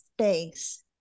space